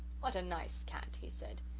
what a nice cat he said.